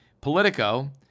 Politico